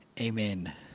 Amen